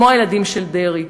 כמו הילדים של דרעי.